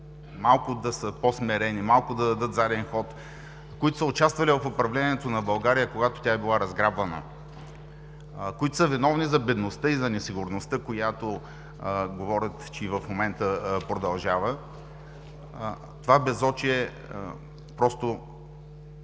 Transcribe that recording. малко да са по-смирени, малко да дадат заден ход, които са участвали в управлението на България, когато тя е била разграбвана, които са виновни за бедността и за несигурността, която говорят, че и в момента продължава. Това безочие прави